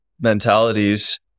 mentalities